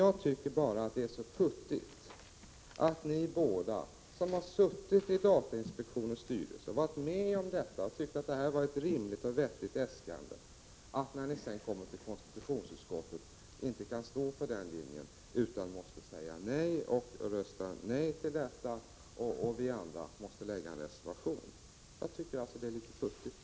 Jag tycker bara att det är så futtigt att ni båda, som har suttit i datainspektionens styrelse och ansett detta äskande vara rimligt och vettigt, inte kan stå för den linjen i konstitutionsutskottet, utan måste rösta nej, medan vi andra måste avge en reservation.